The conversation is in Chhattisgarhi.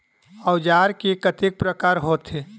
औजार के कतेक प्रकार होथे?